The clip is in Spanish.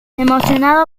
emocionado